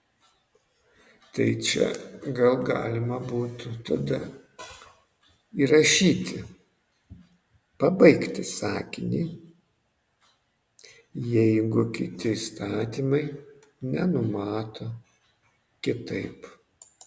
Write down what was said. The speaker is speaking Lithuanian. tai čia gal galima būtų tada įrašyti pabaigti sakinį jeigu kiti įstatymai nenumato kitaip